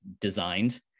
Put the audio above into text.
designed